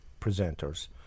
presenters